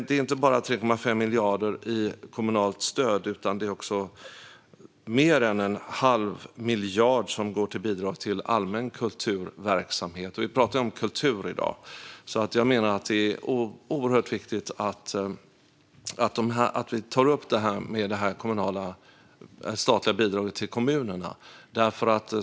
Det är inte bara 3,5 miljarder kronor i kommunalt stöd, utan det är också mer än en halv miljard kronor som går till bidrag till allmän kulturverksamhet, och vi talar ju om kultur i dag. Jag menar att det är oerhört viktigt att vi tar upp det statliga bidraget till kommunerna.